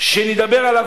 שאם נדבר עליו,